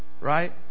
Right